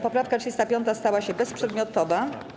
Poprawka 35. stała się bezprzedmiotowa.